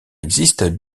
existe